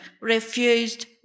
refused